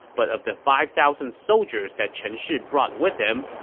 but of the five thousand soldiers that chen shi brought with him,